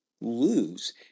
lose